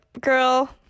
girl